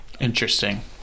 interesting